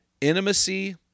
Intimacy